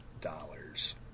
dollars